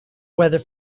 weather